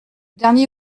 dernier